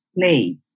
play